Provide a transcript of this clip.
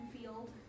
field